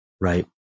right